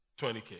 20k